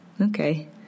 okay